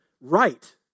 right